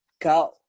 go